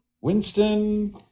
Winston